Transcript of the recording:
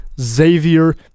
Xavier